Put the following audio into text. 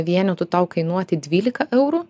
vienetų tau kainuoti dvylika eur